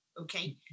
okay